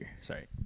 Sorry